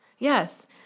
Yes